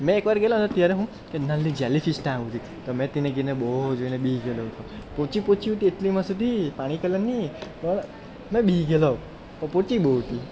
મેં એક વાર ગેલોને ત્યારે હું કે નલ્લી જેલિ ફિશ ત્યાં ઊભી હતી તો મેં તેને ગેંને બહુ જ જોઈને ગએલો હતો પોચી પોચી તો એટલી મસ્ત હતી પાણી કલરની પણ મેં બી ગેલો તો પોચી બહુ હતી